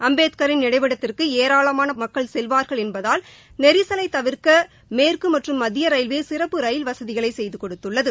அம்பேத்கரின் நினைவிடத்திற்கு ஏராளமான மக்கள் செல்வார்கள் என்பதால் நெரிசலைத் தவிர்க்க மேற்கு மற்றும் மத்திய ரயில்வே சிறப்பு ரயில் வசதிகளை செய்து கொடுத்துள்ளது